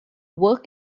work